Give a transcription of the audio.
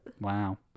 Wow